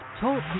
Talk